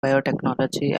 biotechnology